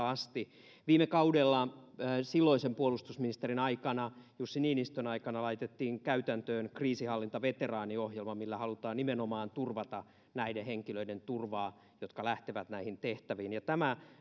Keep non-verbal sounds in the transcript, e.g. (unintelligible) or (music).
(unintelligible) asti viime kaudella silloisen puolustusministerin jussi niinistön aikana laitettiin käytäntöön kriisinhallintaveteraaniohjelma millä halutaan nimenomaan turvata näiden henkilöiden turvaa jotka lähtevät näihin tehtäviin ja tämä